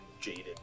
jaded